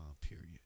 period